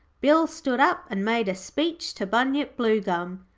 bill stood up and made a speech to bunyip bluegum.